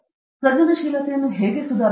ಸೃಜನಶೀಲತೆಯನ್ನು ಹೇಗೆ ಸುಧಾರಿಸುವುದು